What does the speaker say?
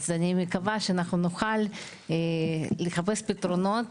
אז אני מקווה שאנחנו נוכל לחפש פתרונות